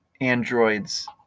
androids